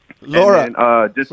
Laura